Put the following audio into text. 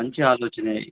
మంచి ఆలోచన